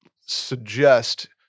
suggest